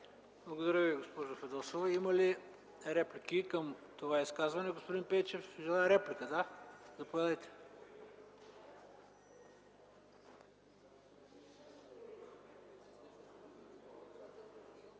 Благодаря Ви, госпожо Фидосова. Има ли реплики към това изказване? Господин Пейчев желае реплика. Заповядайте. ОГНЯН